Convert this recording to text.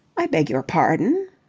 i beg your pardon?